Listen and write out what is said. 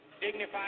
dignified